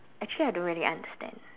actually I don't really understand